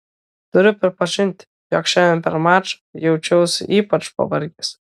turiu pripažinti jog šiandien per mačą jaučiausi ypač pavargęs